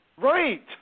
Right